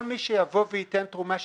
כל מי שייתן תרומה,